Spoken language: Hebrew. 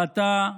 ואתה,